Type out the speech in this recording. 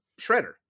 Shredder